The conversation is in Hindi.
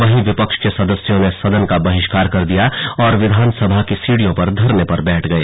वहीं विपक्ष के सदस्यों ने सदन का बहिष्कार कर दिया और विधानसभा की सीढ़ियों पर धरने पर बैठ गए